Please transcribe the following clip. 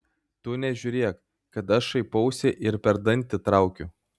tu nežiūrėk kad aš šaipausi ir per dantį traukiu